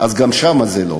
גם שם זה לא,